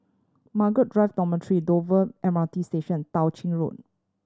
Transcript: Margaret Drive Dormitory Dover M R T Station Tao Ching Road